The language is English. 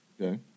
Okay